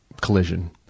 collision